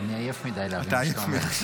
אני עייף מדי להבין מה שאתה אומר.